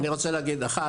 אבל אני רוצה להגיד דבר אחד,